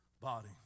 body